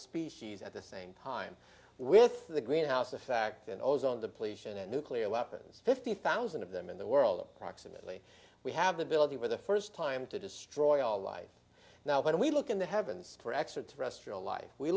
species at the same time with the greenhouse effect and ozone depletion and nuclear weapons fifty thousand dollars of them in the world approximately we have the ability for the st time to destroy all life now when we look in the heavens for extraterrestrial life we